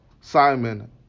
Simon